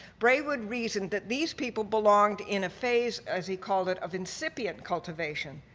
braidwood reasoned that these people belonged in a phase, as he called it, of incipient cultivation.